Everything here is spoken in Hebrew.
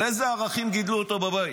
על אילו ערכים גידלו אותו בבית?